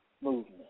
movement